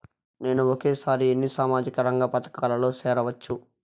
నేను ఒకేసారి ఎన్ని సామాజిక రంగ పథకాలలో సేరవచ్చు?